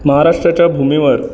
महाराष्ट्राच्या भूमीवर